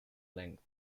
length